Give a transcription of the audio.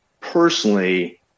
personally